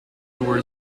were